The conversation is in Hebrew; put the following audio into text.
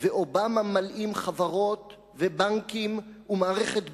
ואובמה מלאים חברות, ובנקים ומערכת בריאות,